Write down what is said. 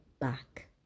back